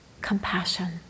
compassion